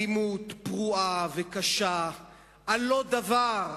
אלימות פרועה וקשה על לא דבר.